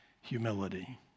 humility